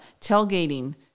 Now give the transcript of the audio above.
tailgating